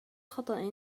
خطأ